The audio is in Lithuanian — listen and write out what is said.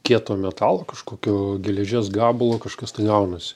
kieto metalo kažkokio geležies gabalo kažkas tai gaunasi